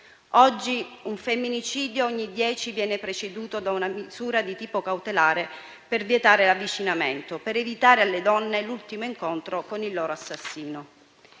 Oggi un femminicidio ogni dieci viene preceduto da una misura di tipo cautelare per vietare l'avvicinamento, per evitare alle donne l'ultimo incontro con il loro assassino.